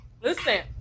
Listen